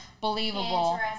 believable